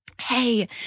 hey—